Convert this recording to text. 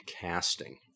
casting